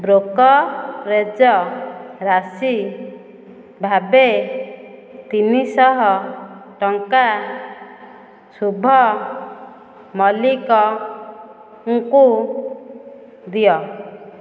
brokerage ରାଶି ଭାବେ ତିନି ଶହ ଟଙ୍କା ଶୁଭ ମଲ୍ଲିକଙ୍କୁ ଦିଅ